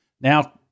now